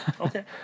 okay